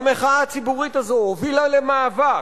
והמחאה הציבורית הזו הובילה למאבק,